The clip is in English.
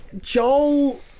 Joel